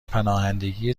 پناهندگی